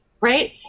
right